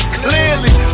clearly